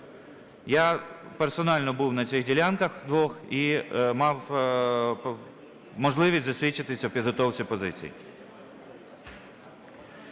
Я персонально був на цих ділянках двох і мав можливість засвідчитися у підготовці позицій.